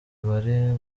bari